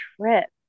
trip